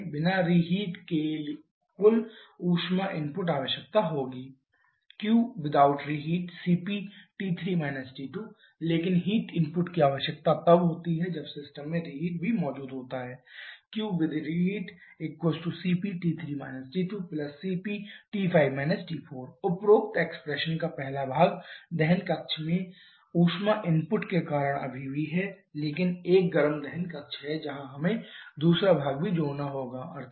बिना रिहिट के कुल ऊष्मा इनपुट आवश्यकता होगी qwithout reheat cpT3 T2 लेकिन हीट इनपुट की आवश्यकता तब होती है जब सिस्टम में रिहीट भी मौजूद होता है qwith reheat cpT3 T2cpT5 T4 उपरोक्त एक्सप्रेसन का पहला भाग दहन कक्ष में ऊष्मा इनपुट के कारण अभी भी है लेकिन एक गर्म दहन कक्ष है जहाँ हमें दूसरा भाग भी जोड़ना होगा अर्थात्